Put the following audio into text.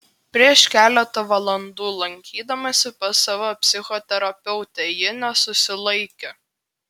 prieš keletą valandų lankydamasi pas savo psichoterapeutę ji nesusilaikė